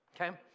okay